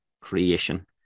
creation